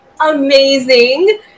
amazing